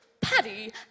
Paddy